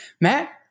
Matt